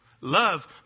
Love